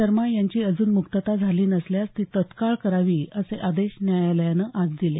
शर्मा यांची अजून मुक्तता झाली नसल्यास ती तत्काळ करावी असे आदेश न्यायालयानं आज दिले